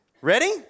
ready